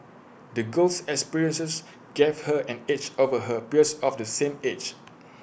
the girl's experiences gave her an edge over her peers of the same age